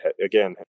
again